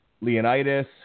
Leonidas